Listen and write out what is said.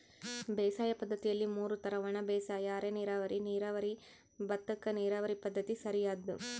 ಬೇಸಾಯ ಪದ್ದತಿಯಲ್ಲಿ ಮೂರು ತರ ಒಣಬೇಸಾಯ ಅರೆನೀರಾವರಿ ನೀರಾವರಿ ಭತ್ತಕ್ಕ ನೀರಾವರಿ ಪದ್ಧತಿ ಸರಿಯಾದ್ದು